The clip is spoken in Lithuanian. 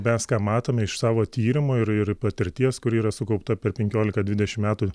mes ką matome iš savo tyrimų ir ir patirties kuri yra sukaupta per penkiolika dvidešimt metų